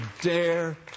dare